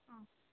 आम्